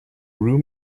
room